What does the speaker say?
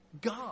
God